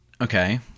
okay